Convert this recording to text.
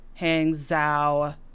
Hangzhou